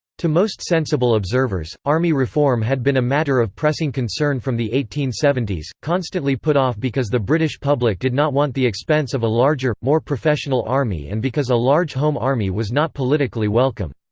to most sensible observers, army reform had been a matter of pressing concern from the eighteen seventy s, constantly put off because the british public did not want the expense of a larger, more professional army and because a large home army was not politically welcome.